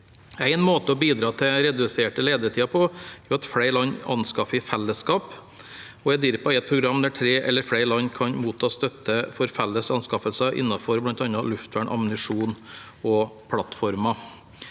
En måte å bidra til reduserte ledetider på er at flere land anskaffer i fellesskap, og EDIRPA er et program der tre eller flere land kan motta støtte for felles anskaffelser innenfor bl.a. luftvern, ammunisjon og plattformer.